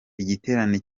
igiterane